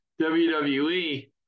WWE